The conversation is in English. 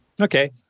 okay